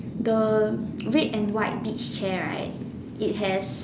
the red and white beach chair right it has